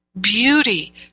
beauty